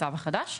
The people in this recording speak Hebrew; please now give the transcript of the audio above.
במצב החדש.